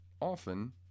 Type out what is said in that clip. often